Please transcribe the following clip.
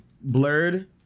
blurred